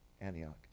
Antioch